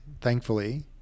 thankfully